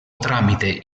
tramite